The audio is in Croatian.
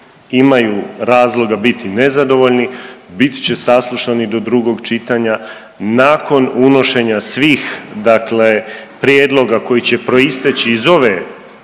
imaju razloga biti nezadovoljni bit će saslušani do drugog čitanja. Nakon unošenja svih dakle prijedloga koji će proisteći iz ove